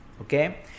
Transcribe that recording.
Okay